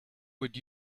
would